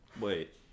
Wait